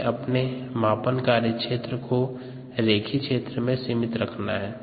हमे अपने मापन कार्यक्षेत्र को रेखीय क्षेत्र में सीमित रखते हैं